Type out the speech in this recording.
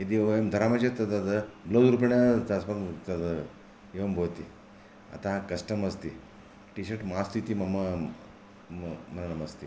यदि वयं धरामः चेत् तत् ब्लौस् रूपेण तत् अस्माकम् एवं भवति अतः कष्टमस्ति टि शर्ट् मास्तु इति मम मतमस्ति